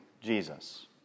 Jesus